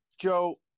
Joe